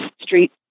street